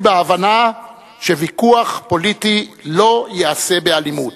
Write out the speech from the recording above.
בהבנה שוויכוח פוליטי לא ייעשה באלימות,